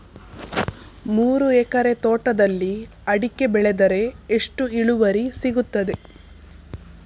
ಮೂರು ಎಕರೆ ತೋಟದಲ್ಲಿ ಅಡಿಕೆ ಬೆಳೆದರೆ ಎಷ್ಟು ಇಳುವರಿ ಸಿಗುತ್ತದೆ?